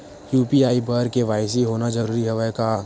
UPI बर KYC होना जरूरी हवय का?